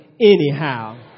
anyhow